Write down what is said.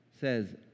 says